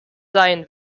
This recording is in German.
sein